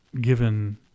given